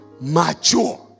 mature